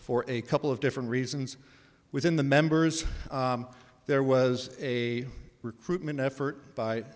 for a couple of different reasons within the members there was a recruitment effort by